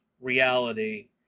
reality